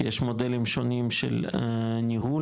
כי יש מודלים שונים של ניהול